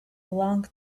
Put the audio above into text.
long